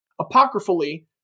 Apocryphally